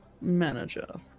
manager